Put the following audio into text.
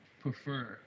prefer